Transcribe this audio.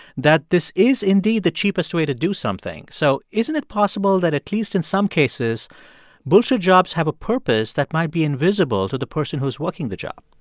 that this is indeed the cheapest way to do something. so isn't it possible that at least in some cases bull jobs have a purpose that might be invisible to the person who's working the job?